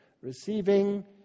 receiving